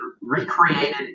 recreated